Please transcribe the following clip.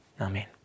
Amen